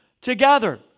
together